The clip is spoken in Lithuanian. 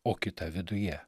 o kita viduje